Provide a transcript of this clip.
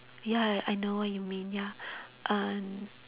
ya I know what you mean ya err